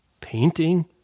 painting